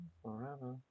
forever